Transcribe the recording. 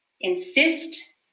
insist